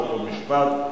חוק ומשפט.